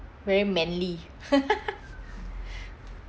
very manly